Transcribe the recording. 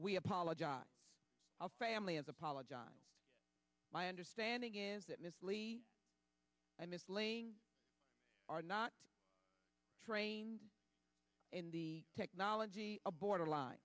we apologize our family has apologized my understanding is that ms lee i miss laying are not trained in the technology a borderline